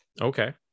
okay